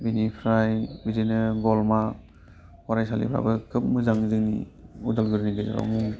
बेनिफ्राय बिदिनो बरमा फरायसालिफ्राबो खोब मोजां जोंनि उदालगुरिनि गेजेराव मुं